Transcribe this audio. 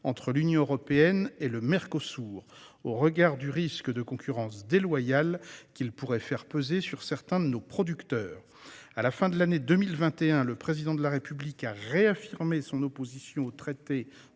entre l'Union européenne et Mercosur au regard du risque de concurrence déloyale qu'il pourrait faire peser sur certains de nos producteurs. À la fin de l'année 2021, le Président a réaffirmé son opposition au traité